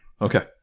Okay